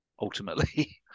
ultimately